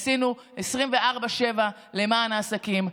עשינו 24/7 למען העסקים.